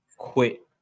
quit